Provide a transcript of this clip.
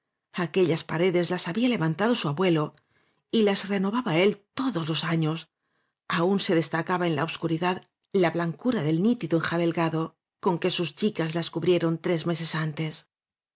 aquellas paredes las había levantado su abuelo y las renovaba él todos los años aún se destacaba en la obscuridad la blancura del nítido enjabelgado con que sus chicas las cubrieron tres meses antes